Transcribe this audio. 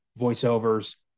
voiceovers